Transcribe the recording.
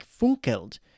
Funkeld